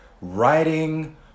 writing